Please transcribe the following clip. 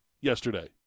yesterday